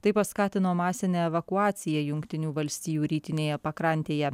tai paskatino masinę evakuaciją jungtinių valstijų rytinėje pakrantėje